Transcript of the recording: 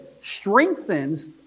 strengthens